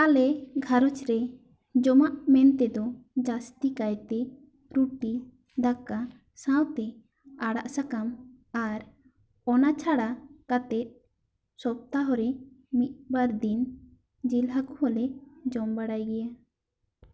ᱟᱞᱮ ᱜᱷᱟᱨᱚᱸᱡᱽ ᱨᱮ ᱡᱚᱢᱟᱜ ᱢᱮᱱ ᱛᱮ ᱫᱚ ᱡᱟᱹᱥᱛᱤ ᱠᱟᱭ ᱛᱮ ᱨᱩᱴᱤ ᱫᱟᱠᱟ ᱥᱟᱶ ᱛᱮ ᱟᱲᱟᱜ ᱥᱟᱠᱟᱢ ᱟᱨ ᱚᱱᱟ ᱪᱷᱟᱲᱟ ᱠᱟᱛᱮ ᱥᱚᱯᱛᱟᱦᱚᱨᱮ ᱢᱤᱫ ᱵᱟᱨ ᱫᱤᱱ ᱡᱤᱞ ᱦᱟᱹᱠᱩ ᱦᱚᱸᱞᱮ ᱡᱚᱢ ᱵᱟᱲᱟᱭ ᱜᱮᱭᱟ